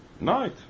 Night